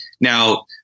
Now